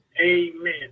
amen